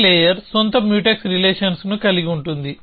ఈ లేయర్ సొంత మ్యూటెక్స్ రిలేషన్స్ను కలిగి ఉంటుంది